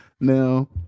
Now